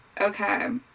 okay